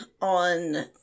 on